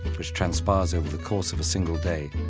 which transpires over the course of a single day,